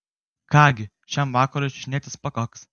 ką gi šiam vakarui čiuožinėtis pakaks